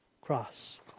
cross